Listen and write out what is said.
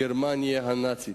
גרמניה הנאצית.